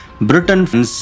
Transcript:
Britain